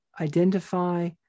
identify